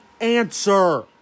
answer